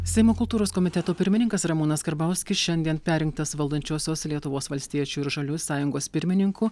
seimo kultūros komiteto pirmininkas ramūnas karbauskis šiandien perrinktas valdančiosios lietuvos valstiečių ir žaliųjų sąjungos pirmininku